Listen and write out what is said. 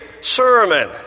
sermon